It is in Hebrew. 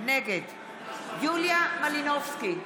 נגד יוליה מלינובסקי,